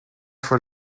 fue